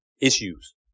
issues